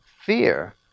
fear